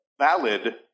valid